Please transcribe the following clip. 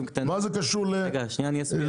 מה זה קשור --- אני אסביר.